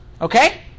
okay